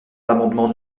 l’amendement